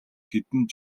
хэдэн